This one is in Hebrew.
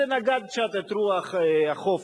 זה נגד קצת את רוח החופש.